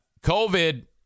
COVID